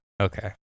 okay